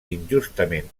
injustament